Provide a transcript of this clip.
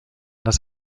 das